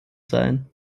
sein